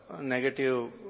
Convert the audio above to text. negative